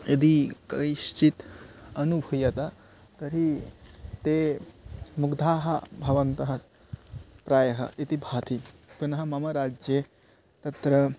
यदि कश्चित् अनुभूयते तर्हि ते मुग्धाः भवन्तः प्रायः इति भाति पुनः मम राज्ये तत्र